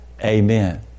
Amen